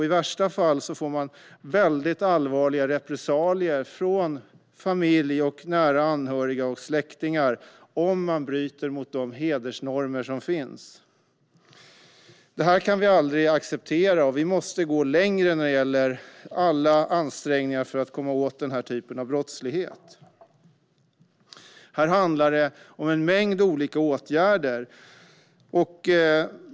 I värsta fall utsätts man för väldigt allvarliga repressalier från familj, nära anhöriga och släktingar om man bryter mot de hedersnormer som finns. Det här kan vi aldrig acceptera, och vi måste gå längre när det gäller alla ansträngningar för att komma åt den här typen av brottslighet. Här handlar det om en mängd olika åtgärder.